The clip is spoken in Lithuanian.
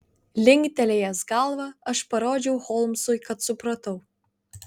linktelėjęs galvą aš parodžiau holmsui kad supratau